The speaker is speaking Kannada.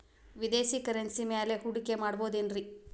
ವಿದೇಶಿ ಕರೆನ್ಸಿ ಮ್ಯಾಲೆ ಹೂಡಿಕೆ ಮಾಡಬಹುದೇನ್ರಿ?